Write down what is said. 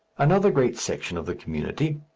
another great section of the community,